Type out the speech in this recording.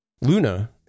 Luna